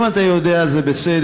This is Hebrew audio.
אם אתה יודע, זה בסדר.